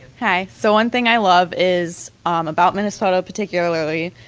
hey. so, one thing i love is um about minnesota, particularly,